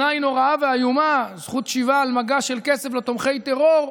שבעיניי היא נוראה ואיומה: זכות שיבה על מגש של כסף לתומכי טרור,